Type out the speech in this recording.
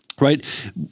Right